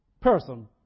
person